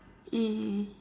mm